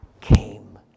came